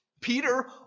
Peter